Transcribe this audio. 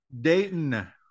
Dayton